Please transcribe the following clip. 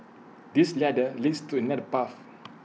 this ladder leads to another path